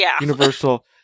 universal